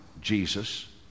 Jesus